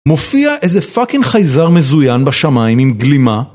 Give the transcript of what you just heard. מופיע איזה פאקינג חייזר מזוין בשמיים עם גלימה